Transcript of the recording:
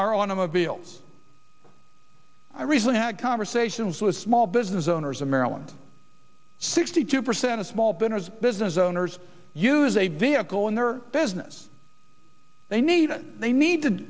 our automobiles i recently had conversations with small business owners of maryland sixty two percent of small business business owners use a vehicle in their business they need it they need to